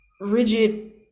rigid